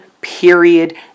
period